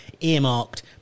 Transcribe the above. earmarked